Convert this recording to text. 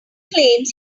claims